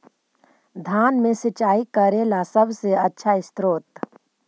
धान मे सिंचाई करे ला सबसे आछा स्त्रोत्र?